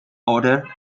order